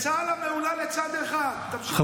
ממשיך לעוות, אה?